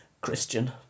Christian